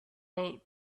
said